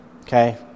Okay